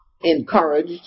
encouraged